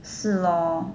是 lor